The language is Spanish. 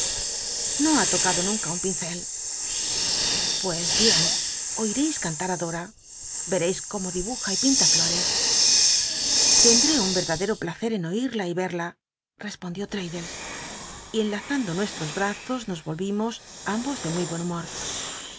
no ha tocado nunca un pincel pues bien oiteis cantar i dota ycreis cómo dibuja y pinta flotes eda tcndt'é un yct'dadeto placer en oírla y y enlazando nuestros brazos nos ohimos ambos de muy buen humor